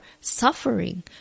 suffering